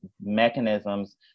mechanisms